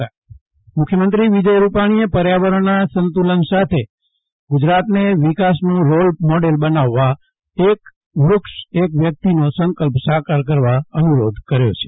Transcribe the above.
જયદીપ વૈશ્નવ ખ્યમત્રી વન મહીત મુખ્યમંત્રી વિજય રૂપાણીએ પર્યાવરણના સંતુલન સાથે ગુજરાતને વિકાસનું રોલમોડેલ બનાવવા એક વ્યક્ત એક વૃક્ષ નો સંકલ્પ સાકાર કરવા અનુરોધ કર્યો છે